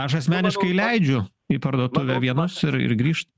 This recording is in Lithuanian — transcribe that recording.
aš asmeniškai leidžiu į parduotuvę vienus ir ir grįžt